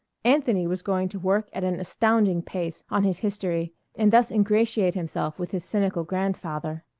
anthony was going to work at an astounding pace on his history and thus ingratiate himself with his cynical grandfather.